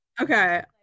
okay